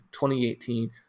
2018